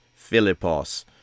philippos